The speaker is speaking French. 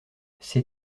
sais